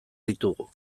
ditugu